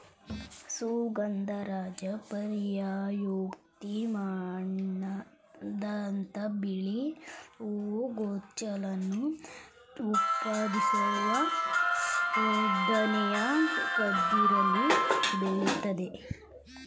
ಸುಗಂಧರಾಜ ಪರಿಮಳಯುಕ್ತ ಮೇಣದಂಥ ಬಿಳಿ ಹೂ ಗೊಂಚಲನ್ನು ಉತ್ಪಾದಿಸುವ ಉದ್ದನೆಯ ಕದಿರಲ್ಲಿ ಬೆಳಿತದೆ